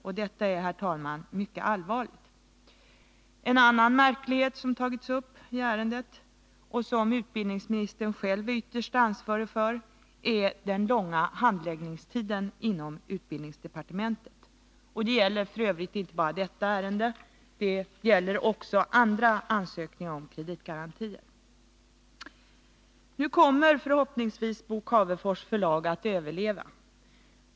Och det är, herr talman, mycket märkligt. En annan märklighet i ärendet som tagits upp och som utbildningsministern själv är ytterst ansvarig för är den långa handläggningstiden inom utbildningsdepartementet. Det gäller f. ö. inte bara detta ärende. Det gäller också andra ansökningar om kreditgarantier. Nu kommer förhoppningsvis Bo Cavefors förlag att överleva.